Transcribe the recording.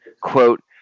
quote